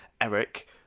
Eric